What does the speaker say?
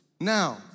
Now